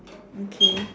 okay